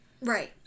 right